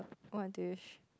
what dish